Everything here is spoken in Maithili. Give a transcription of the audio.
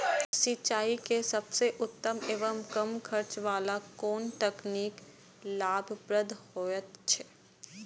सिंचाई के सबसे उत्तम एवं कम खर्च वाला कोन तकनीक लाभप्रद होयत छै?